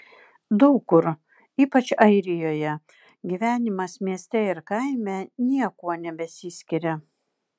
daug kur ypač airijoje gyvenimas mieste ir kaime niekuo nebesiskiria